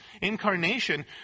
incarnation